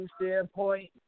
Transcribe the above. standpoint